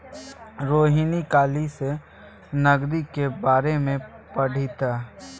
रोहिणी काल्हि सँ नगदीक बारेमे पढ़तीह